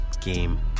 game